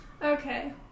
Okay